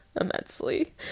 immensely